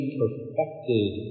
perfected